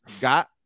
got